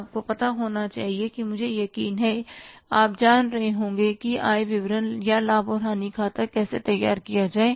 आपको पता होना चाहिए मुझे यकीन है कि आप जान रहे होंगे कि आय विवरण या लाभ और हानि खाता कैसे तैयार किया जाए